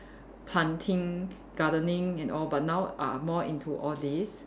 planting gardening and all but now are more into all these